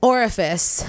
Orifice